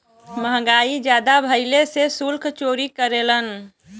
महंगाई जादा भइले से सुल्क चोरी करेलन